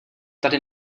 tady